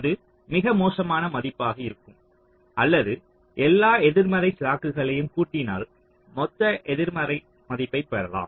அது மிக மோசமான மதிப்பு ஆக இருக்கும் அல்லது எல்லா எதிர்மறை ஸ்லாக்குகளையும் கூட்டினால் மொத்த எதிர்மறை மதிப்பை பெறலாம்